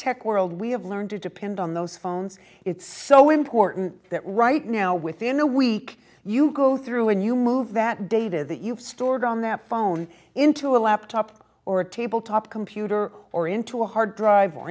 tech world we have learned to depend on those phones it's so important that right now within a week you go through and you move that data that you've stored on that phone into a laptop or a tabletop computer or into a hard drive or